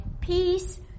peace